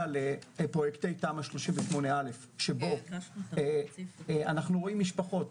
לפרויקט תמ"א 38א'. אנחנו רואים משפחות